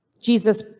Jesus